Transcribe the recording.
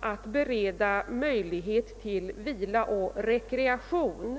att bereda arbetstagarna möjlighet till vila och rekreation.